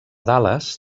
dallas